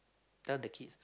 tell the kids